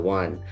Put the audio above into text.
one